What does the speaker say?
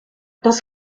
das